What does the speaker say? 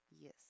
Yes